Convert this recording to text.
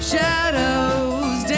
Shadows